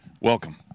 Welcome